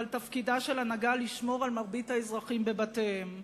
תפקידה של הנהגה לשמור על מרבית האזרחים בבתיהם.